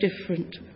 different